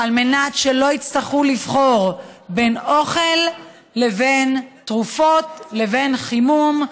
על מנת שלא יצטרכו לבחור בין אוכל לבין תרופות לבין חימום,